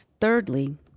Thirdly